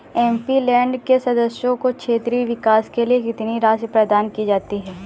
MP land के सदस्यों को क्षेत्रीय विकास के लिए कितनी राशि प्रदान की जाती है?